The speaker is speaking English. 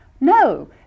No